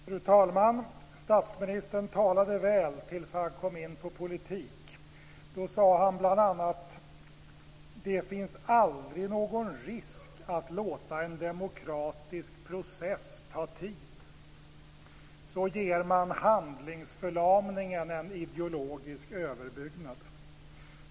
Fru talman! Statsministern talade väl tills han kom in på politik. Då sade han bl.a.: Det finns aldrig någon risk med att låta en demokratisk process ta tid. Så ger man handlingsförlamningen en ideologisk överbyggnad.